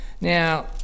Now